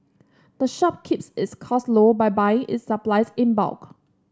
the shop keeps its costs low by buying its supplies in bulk